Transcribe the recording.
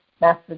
master